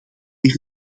meer